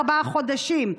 ארבעה חודשים,